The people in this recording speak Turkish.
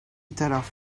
taraf